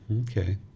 Okay